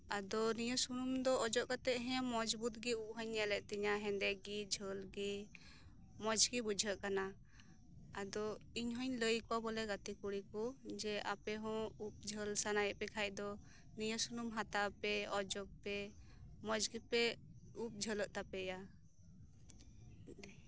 ᱛᱚ ᱱᱤᱭᱟᱹ ᱥᱩᱱᱩᱢ ᱫᱚ ᱚᱡᱚᱜ ᱠᱟᱛᱮᱫ ᱢᱚᱡᱽᱵᱩᱛᱜᱮ ᱩᱵ ᱦᱚᱧ ᱧᱮᱞ ᱮᱫ ᱛᱤᱧᱟ ᱦᱮᱸᱫᱮᱜᱮ ᱡᱷᱟᱹᱞ ᱜᱮ ᱢᱚᱸᱡᱽ ᱜᱮ ᱵᱩᱡᱷᱟᱹᱜ ᱠᱟᱱᱟ ᱟᱫᱚ ᱤᱧ ᱦᱚᱧ ᱞᱟᱹᱭ ᱟᱠᱚ ᱵᱚᱞᱮ ᱜᱟᱛᱮ ᱠᱩᱲᱤ ᱠᱚ ᱟᱯᱮ ᱦᱚᱸ ᱩᱵ ᱡᱷᱟᱹᱞ ᱥᱟᱱᱟᱭᱮᱫ ᱯᱮᱠᱷᱟᱱ ᱫᱚ ᱱᱤᱭᱟᱹ ᱥᱩᱱᱩᱢ ᱦᱟᱛᱟᱣᱯᱮ ᱚᱡᱚᱜ ᱯᱮ ᱢᱚᱸᱡᱽ ᱜᱮᱯᱮ ᱩᱵ ᱡᱷᱟᱹᱞᱟᱹᱜ ᱛᱟᱯᱮᱭᱟ